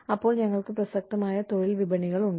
അപ്പോൾ ഞങ്ങൾക്ക് പ്രസക്തമായ തൊഴിൽ വിപണികളുണ്ട്